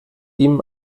ihm